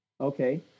Okay